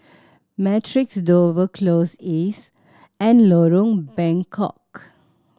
Matrix Dover Close East and Lorong Bengkok